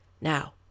Now